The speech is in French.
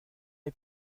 est